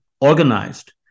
organized